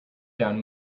down